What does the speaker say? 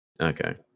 Okay